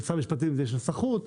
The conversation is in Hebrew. יש בירוקרטיה בישראל.